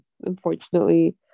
unfortunately